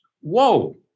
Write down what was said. Whoa